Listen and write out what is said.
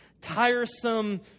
tiresome